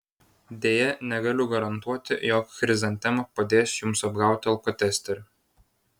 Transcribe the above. deja negaliu garantuoti jog chrizantema padės jums apgauti alkotesterį